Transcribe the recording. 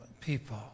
people